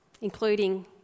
including